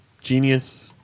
genius